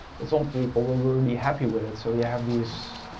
but some people were were really happy with it, so you have these,